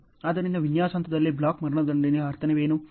ಆದ್ದರಿಂದ ವಿನ್ಯಾಸ ಹಂತದಲ್ಲಿ ಬ್ಲಾಕ್ ಮರಣದಂಡನೆಯ ಅರ್ಥವೇನು